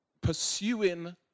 pursuing